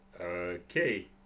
Okay